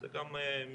זה גם מסביב,